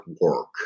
work